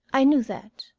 i knew that.